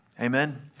Amen